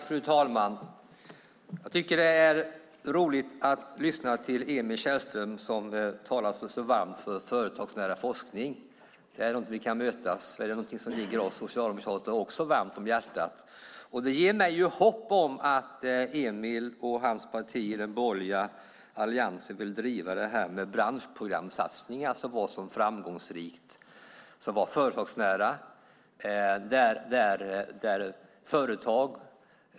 Fru talman! Jag tycker att det är roligt att lyssna till Emil Källström som talar sig så varm för företagsnära forskning. Det är någonting vi kan mötas kring, för det är någonting som ligger oss socialdemokrater också varmt om hjärtat. Det ger mig ju hopp om att Emil och hans parti i den borgerliga alliansen vill driva branschprogramsatsningar som var så framgångsrika. De var företagsnära.